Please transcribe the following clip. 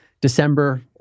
December